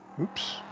Oops